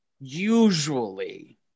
usually